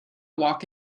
walk